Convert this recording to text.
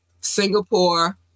singapore